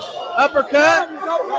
uppercut